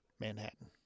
Manhattan